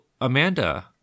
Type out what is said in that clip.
Amanda